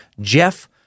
Jeff